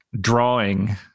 drawing